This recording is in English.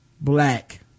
black